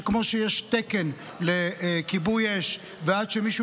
שכמו שיש תקן לכיבוי אש ועד שמישהו